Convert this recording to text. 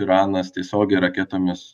iranas tiesiogiai raketomis